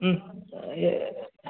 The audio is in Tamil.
ம்